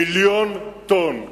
מיליון טונות.